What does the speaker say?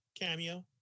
cameo